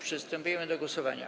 Przystępujemy do głosowania.